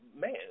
man